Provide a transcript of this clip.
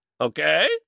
Okay